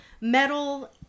metal